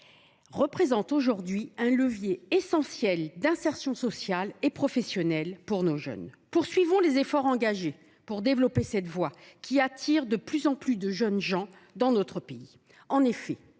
est aujourd’hui un levier essentiel d’insertion sociale et professionnelle. Poursuivons les efforts engagés pour développer cette voie, qui attire de plus en plus de jeunes gens dans notre pays.